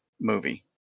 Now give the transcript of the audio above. movie